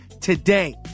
today